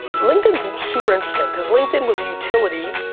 linkedin's super interesting because linkedin was a utility,